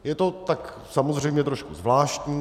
Je to samozřejmě trošku zvláštní.